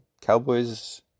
Cowboys